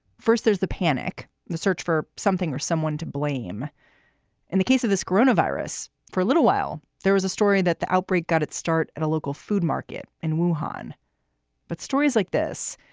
first, there's the panic. the search for something or someone to blame in the case of this grudnoff virus for a little while. there was a story that the outbreak got its start at a local food market and suhan. but stories like this,